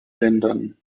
ländern